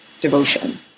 devotion